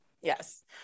yes